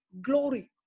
glory